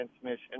transmission